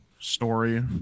story